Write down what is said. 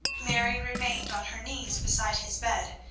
mary remained on her knees beside his bed,